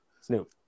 Snoop